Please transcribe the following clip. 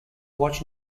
watch